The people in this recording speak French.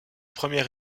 première